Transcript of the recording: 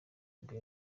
nibwo